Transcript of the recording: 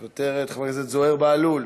מוותרת, חבר הכנסת זוהיר בהלול,